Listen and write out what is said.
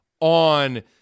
on –